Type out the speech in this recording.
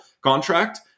contract